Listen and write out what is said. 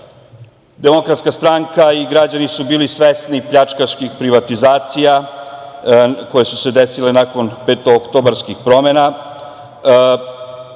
Demokratska stranka i građani su bili svesni pljačkaških privatizacija koje su se desile nakon Petooktobarskih promena,